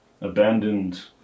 abandoned